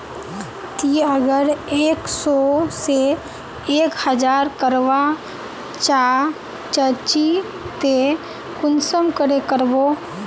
ती अगर एक सो से एक हजार करवा चाँ चची ते कुंसम करे करबो?